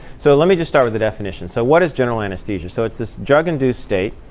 so let me just start with a definition. so what is general anesthesia? so it's this drug-induced state.